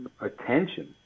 attention